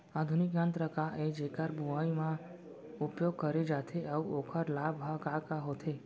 आधुनिक यंत्र का ए जेकर बुवाई म उपयोग करे जाथे अऊ ओखर लाभ ह का का होथे?